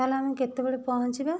ତାହେଲେ ଆମେ କେତେବେଳେ ପହଞ୍ଚିବା